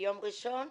ראשון: